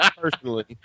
Personally